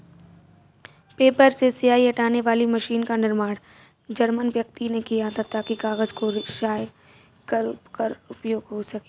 paper से स्याही हटाने वाली मशीन का निर्माण जर्मन व्यक्ति ने किया था ताकि कागज को रिसाईकल कर उपयोग हो सकें